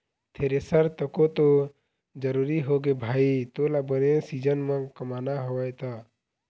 thresher तको तो जरुरी होगे भाई तोला बने सीजन म कमाना हवय त